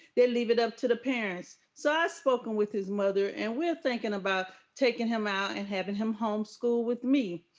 they leave it up to the parents. so i spoken with his mother and we're thinking about taking him out and having him homeschool with me.